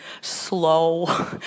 slow